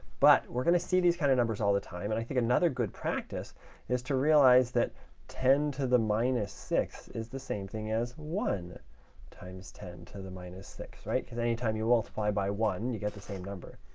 but we're going to see these kind of numbers all the time, and i think another good practice is to realize that ten to the minus six is the same thing as one times ten to the minus six, right? because any time you multiply by one, you get the same number.